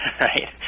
right